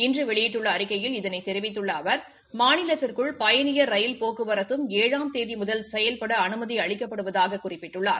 இன்று வெளியிட்டள்ள அறிக்கையில் இதனை தெரிவித்துள்ள அவர் மாநிலத்திற்குள் பயணியர் ரயில் போக்குவரத்தும் ஏழாம் தேதி முதல் செயல்பட அனுமதி அளிக்கப்படுவதாக குறிப்பிட்டுள்ளார்